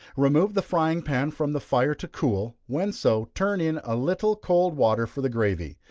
remove the frying pan from the fire to cool when so, turn in a little cold water for the gravy,